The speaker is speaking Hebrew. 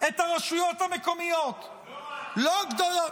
את הרשויות המקומיות -- לא רק, לא רק,